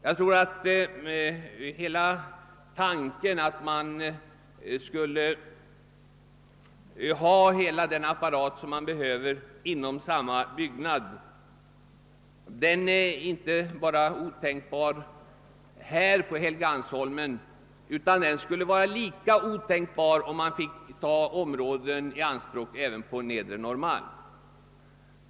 Att man inom samma byggnad skulle ha hela den apparat som man behöver är otänkbart inte bara här på Helgeandsholmen utan skulle vara lika otänkbart om man fick ta områden i anspråk även på Nedre Norrmalm.